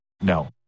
No